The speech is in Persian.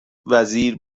وزیر